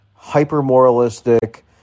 hyper-moralistic